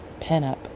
pinup